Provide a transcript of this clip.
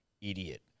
idiot